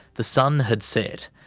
the sun had set,